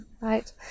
Right